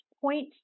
point